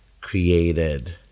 created